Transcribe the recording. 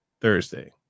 Thursday